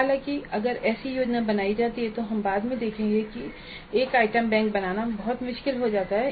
हालांकि अगर ऐसी योजना बनाई जाती है तो हम बाद में देखेंगे कि एक आइटम बैंक बनाना बहुत मुश्किल हो जाता है